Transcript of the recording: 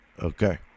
Okay